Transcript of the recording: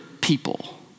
people